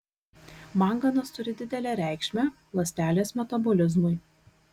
manganas turi didelę reikšmę ląstelės metabolizmui